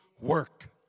work